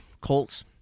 Colts